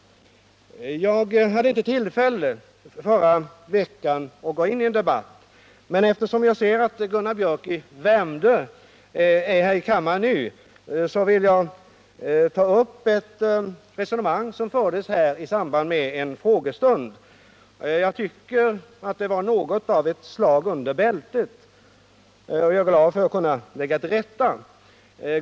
Jag hade inte tillfälle förra veckan att gå in i debatt. Men jag ser att Gunnar Biörck i Värmdö är här i kammaren nu, och jag vill därför ta upp ett resonemang som fördes här i samband med en frågestund. Jag tycker att det var något av ett slag under bältet. Jag är glad att kunna lägga saken till rätta.